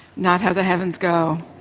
not how the heavens go.